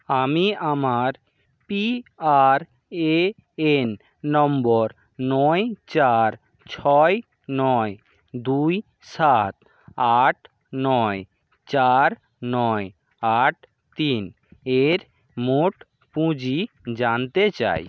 আমি আমার PRAN number নয় চার ছয় নয় দুই সাত আট নয় চার নয় আট তিন এর মোট পুঁজি জানতে চাই